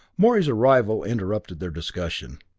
morey's arrival interrupted their discussion.